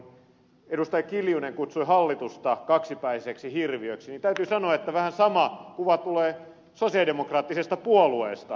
kimmo kiljunen kutsui hallitusta kaksipäiseksi hirviöksi niin täytyy sanoa että vähän sama kuva tulee sosialidemokraattisesta puolueesta